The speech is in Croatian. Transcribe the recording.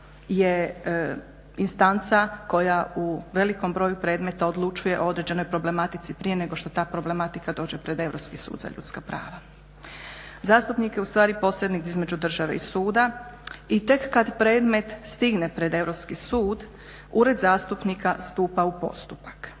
je instanca koja u velikom broju predmeta odlučuje o određenoj problematici prije nego što ta problematika dođe pred Europski sud za ljudska prava. Zastupnik je ustvari posrednik između države i suda i tek kad predmet stigne pred Europski sud ured zastupnika stupa u postupak.